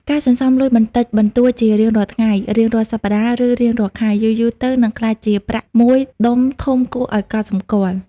ការសន្សំលុយបន្តិចបន្តួចជារៀងរាល់ថ្ងៃ រៀងរាល់សប្តាហ៍ ឬរៀងរាល់ខែ យូរៗទៅនឹងក្លាយជា ប្រាក់មួយដុំធំគួរឱ្យកត់សម្គាល់។